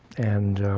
and